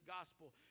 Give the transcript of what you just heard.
gospel